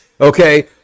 okay